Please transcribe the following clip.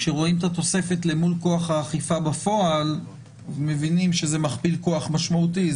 כשרואים את התוספת למול כוח האכיפה בפועל מבינים שזה מכפיל כוח משמעותי.